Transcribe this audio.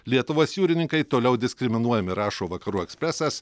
lietuvos jūrininkai toliau diskriminuojami rašo vakarų ekspresas